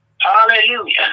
Hallelujah